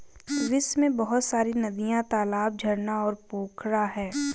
विश्व में बहुत सारी नदियां, तालाब, झरना और पोखरा है